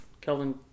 Kelvin